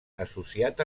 associat